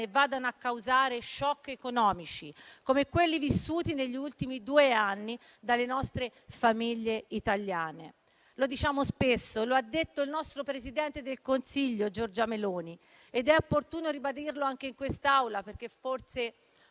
vadano a causare *shock* economici come quelli vissuti negli ultimi due anni dalle famiglie italiane. Lo diciamo spesso, lo ha detto il nostro presidente del Consiglio Giorgia Meloni ed è opportuno ribadirlo anche in quest'Aula, perché forse